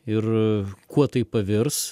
ir kuo tai pavirs